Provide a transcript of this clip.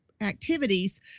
activities